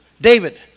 David